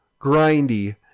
grindy